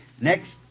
next